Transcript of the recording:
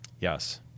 yes